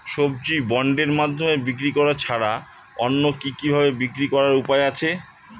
সবজি বন্ডের মাধ্যমে বিক্রি করা ছাড়া অন্য কি কি ভাবে বিক্রি করার উপায় আছে?